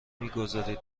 میگذارید